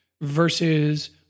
Versus